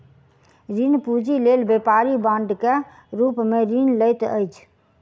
ऋण पूंजी लेल व्यापारी बांड के रूप में ऋण लैत अछि